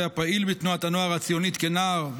היה פעיל בתנועת הנוער הציונית כנער,